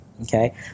Okay